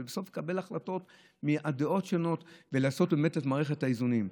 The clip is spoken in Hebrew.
ובסוף לקבל החלטות מהדעות השונות ולעשות באמת את מערכת האיזונים.